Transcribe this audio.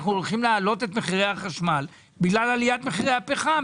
אנחנו הולכים להעלות את מחירי החשמל בגלל עליית מחירי הפחם,